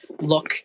look